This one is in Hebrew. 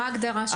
ומה ההגדרה?